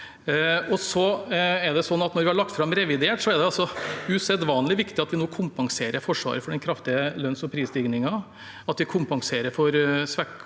Når vi har lagt fram revidert budsjett, er det altså usedvanlig viktig at vi nå kompenserer Forsvaret for den kraftige lønns- og prisstigningen, at vi kompenserer for